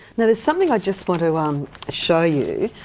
now, there's something i just want to um show you,